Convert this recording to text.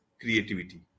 creativity